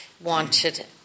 wanted